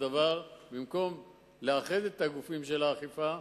במקום לאחד את גופי האכיפה,